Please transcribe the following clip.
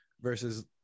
versus